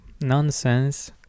nonsense